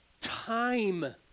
time